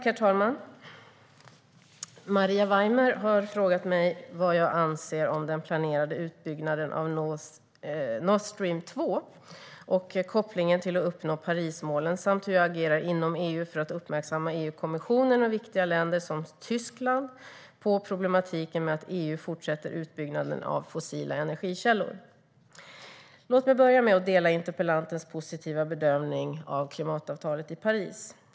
Herr talman! Maria Weimer har frågat mig vad jag anser om den planerade utbyggnaden av Nordstream 2 och kopplingen till att uppnå Parismålen samt hur jag agerar inom EU för att uppmärksamma EU-kommissionen och viktiga länder, som Tyskland, på problematiken med att EU fortsätter utbyggnaden av fossila energikällor. Låt mig börja med att instämma i interpellantens positiva bedömning av klimatavtalet i Paris.